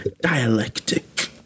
dialectic